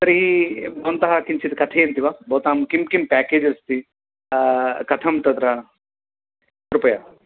तर्हि भवन्तः किञ्चित् कथयन्ति वा भवतां किं किं पेकेज् अस्ति कथं तत्र कृपया